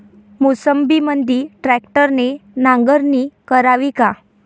मोसंबीमंदी ट्रॅक्टरने नांगरणी करावी का?